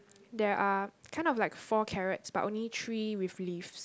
there are kind of like four carrots but only three with leaves